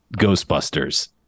Ghostbusters